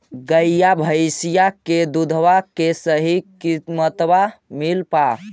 गईया भैसिया के दूधबा के सही किमतबा मिल पा?